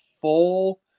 full